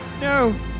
No